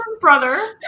brother